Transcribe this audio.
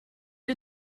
did